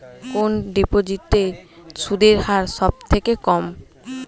কোন ডিপোজিটে সুদের হার সবথেকে কম?